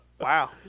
wow